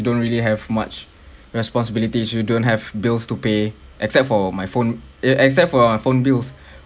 don't really have much responsibilities you don't have bills to pay except for my phone it except for my phone bills